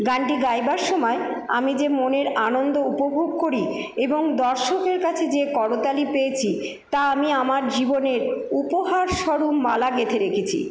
গানটি গাইবার সময় আমি যে মনের আনন্দ উপভোগ করি এবং দর্শকের কাছে যে করতালি পেয়েছি তা আমি আমার জীবনের উপহারস্বরূপ মালা গেঁথে রেখেছি